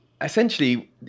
essentially